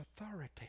authority